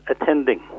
attending